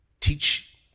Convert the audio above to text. teach